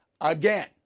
again